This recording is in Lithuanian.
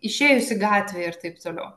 išėjus į gatvę ir taip toliau